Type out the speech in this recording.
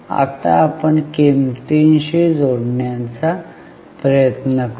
आता आपण किंमतींशी जोडण्याचा प्रयत्न करू